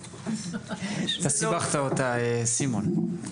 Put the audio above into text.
סיבכת אותה, סימון.